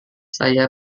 saya